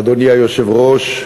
אדוני היושב-ראש,